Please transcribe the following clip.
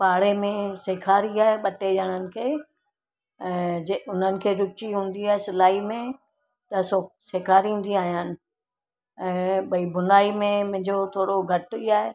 पाड़े में सेखारी आहे ॿ टे ॼणनि खे जे उन्हनि खे रुचि हूंदी आहे सिलाई में त सो सेखारींदी आहियां ऐं भई बुनाई में मुंहिंजो थोरो घटि ई आहे